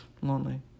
lonely